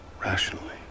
rationally